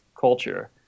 culture